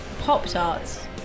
Pop-Tarts